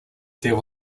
there